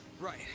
Right